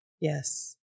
Yes